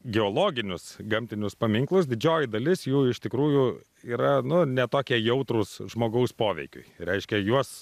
geologinius gamtinius paminklus didžioji dalis jų iš tikrųjų yra nu ne tokie jautrūs žmogaus poveikiui reiškia juos